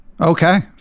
okay